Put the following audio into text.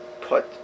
put